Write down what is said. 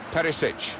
Perisic